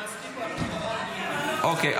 אוקיי.